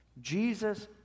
Jesus